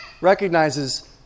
recognizes